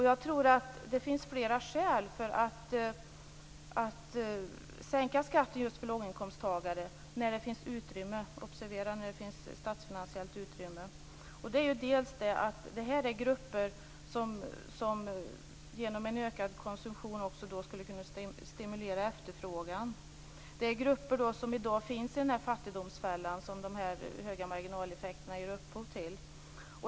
Jag tror att det finns flera skäl till att sänka skatten just för låginkomsttagare när det finns statsfinansiellt utrymme för det. Detta är grupper som genom en ökad konsumtion också skulle kunna stimulera efterfrågan. Det är grupper som i dag finns i den fattigdomsfälla som de höga marginaleffekterna ger upphov till.